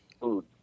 food